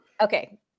Okay